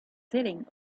sitting